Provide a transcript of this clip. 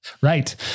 Right